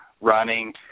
running